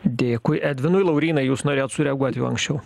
dėkui edvinui laurynai jūs norėjot sureaguoti jau anksčiau